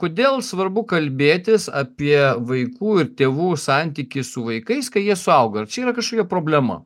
kodėl svarbu kalbėtis apie vaikų ir tėvų santykį su vaikais kai jie suauga ar čia yra kažkokia problema